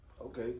Okay